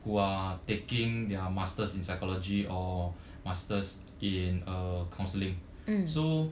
who are taking their masters in psychology or masters in uh counselling so